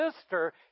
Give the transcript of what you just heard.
sister